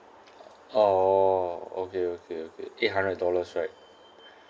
oo okay okay okay eight hundred dollars right